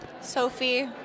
Sophie